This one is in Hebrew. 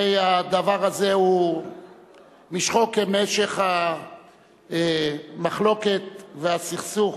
הרי הדבר הזה משכו כמשך המחלוקת והסכסוך